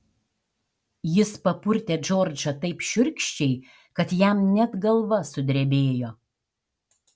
jis papurtė džordžą taip šiurkščiai kad jam net galva sudrebėjo